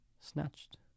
Snatched